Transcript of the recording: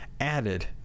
added